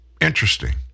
Interesting